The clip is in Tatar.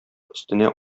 өстенә